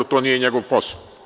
To nije njegov posao.